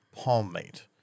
Palmate